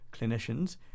clinicians